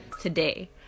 today